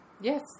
Yes